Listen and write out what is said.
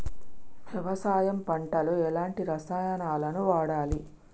వ్యవసాయం పంట లో ఎలాంటి రసాయనాలను వాడాలి?